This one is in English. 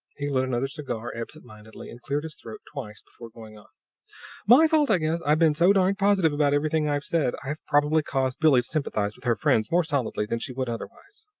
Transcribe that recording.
he another cigar absent-mindedly and cleared his throat twice before going on my fault, i guess. i've been so darned positive about everything i've said, i've probably caused billie to sympathize with her friends more solidly than she would otherwise.